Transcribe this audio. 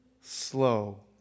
slow